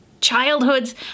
childhoods